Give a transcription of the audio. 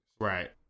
Right